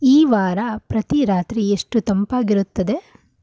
ಈ ವಾರ ಪ್ರತಿ ರಾತ್ರಿ ಎಷ್ಟು ತಂಪಾಗಿರುತ್ತದೆ